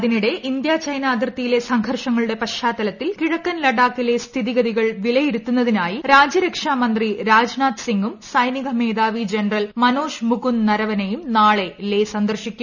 അതിനിടെ India China അതിർത്തിയിലെ സംഘർഷങ്ങളുടെ പശ്ചാത്തലത്തിൽ കിഴക്കൻ ലഡാക്കിലെ സ്ഥിതിഗതികൾ വിലയിരുത്തുന്നതിനായി രാജ്യരക്ഷാ മന്ത്രി രാജ്നാഥ് സിങ്ങും സൈനിക മേധാവി ജനറൽ മനോജ് മുകുന്ദ് നരവനെയും നാളെ ലേ സന്ദർശിക്കും